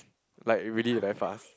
like really very fast